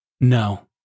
No